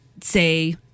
say